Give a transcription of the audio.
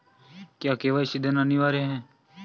क्या के.वाई.सी देना अनिवार्य है?